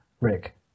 Rick